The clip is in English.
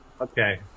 Okay